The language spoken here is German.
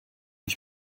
ich